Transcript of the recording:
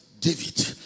David